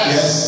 Yes